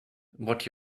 what